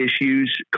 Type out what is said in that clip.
issues